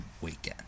weekend